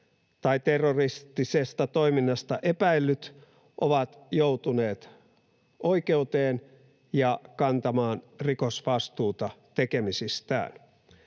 tai terroristisesta toiminnasta epäillyt ovat joutuneet oikeuteen ja kantamaan rikosvastuuta tekemisistään.